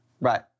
Right